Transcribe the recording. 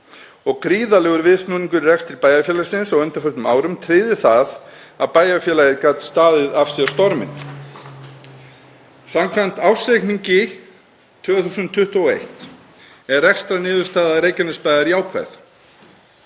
Gríðarlegur viðsnúningur í rekstri bæjarfélagsins á undanförnum árum tryggði að bæjarfélagið gat staðið af sér storminn. Samkvæmt ársreikningi 2021 er rekstrarniðurstaða Reykjanesbæjar jákvæð.